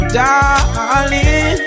darling